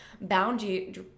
boundaries